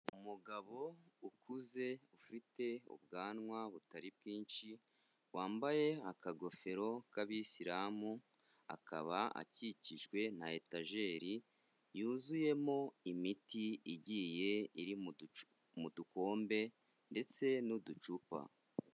Umugabo ukuze ufite ubwanwa butari bwinshi wambaye akagofero k'abisiramu, akaba akikijwe na etajeri yuzuyemo imiti igiye iri mu dukombe ndetse n'uducupa.